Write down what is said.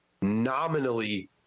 nominally